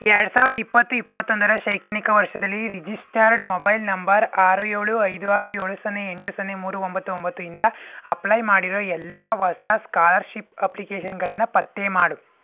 ಎರಡು ಸಾವಿರದ ಇಪ್ಪತ್ತು ಇಪ್ಪತ್ತೊಂದರ ಶೈಕ್ಷಣಿಕ ವರ್ಷದಲ್ಲಿ ರಿಜಿಸ್ಟರ್ಡ್ ಮೊಬೈಲ್ ನಂಬರ್ ಆರು ಏಳು ಐದು ಆರು ಏಳು ಸೊನ್ನೆ ಎಂಟು ಸೊನ್ನೆ ಮೂರು ಒಂಬತ್ತು ಒಂಬತ್ತು ಇಂದ ಅಪ್ಲೈ ಮಾಡಿರೋ ಎಲ್ಲ ಹೊಸ ಸ್ಕಾಲರ್ಷಿಪ್ ಅಪ್ಲಿಕೇಷನ್ಗಳನ್ನು ಪತ್ತೆ ಮಾಡು